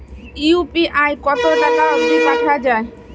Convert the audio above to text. UPI কতো টাকা অব্দি পাঠা যায়?